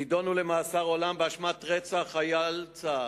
נידונו למאסר עולם באשמת רצח חייל צה"ל.